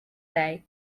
day